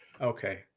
Okay